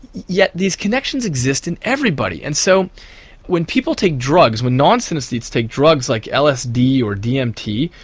yet these connections exist in everybody. and so when people take drugs, when non-synesthetes take drugs like lsd or dmt,